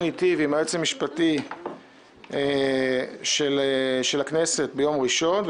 איתי ועם היועץ המשפטי של הכנסת ביום ראשון.